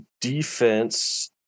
defense